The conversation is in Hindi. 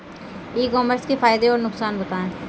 ई कॉमर्स के फायदे और नुकसान बताएँ?